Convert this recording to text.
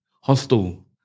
hostel